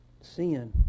Sin